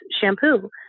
shampoo